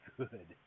good